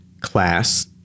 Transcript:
class